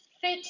fit